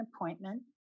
appointment